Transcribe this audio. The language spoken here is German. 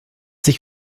sich